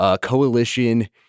coalition